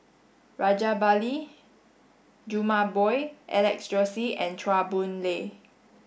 Rajabali Jumabhoy Alex Josey and Chua Boon Lay